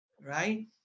right